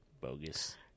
bogus